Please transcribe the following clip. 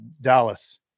Dallas